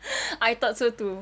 I thought so too